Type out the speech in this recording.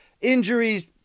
injuries